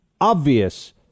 obvious